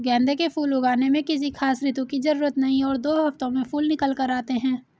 गेंदे के फूल उगाने में किसी खास ऋतू की जरूरत नहीं और दो हफ्तों में फूल निकल आते हैं